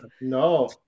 No